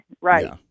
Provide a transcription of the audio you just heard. Right